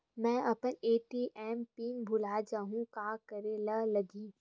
मैं अपन ATM PIN भुला जहु का करे ला लगही?